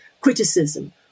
criticism